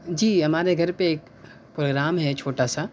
جی ہمارے گھر پہ ایک پروگرام ہے چھوٹا سا